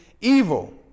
evil